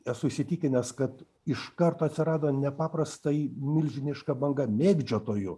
esu įsitikinęs kad iš karto atsirado nepaprastai milžiniška banga mėgdžiotojų